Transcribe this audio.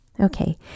Okay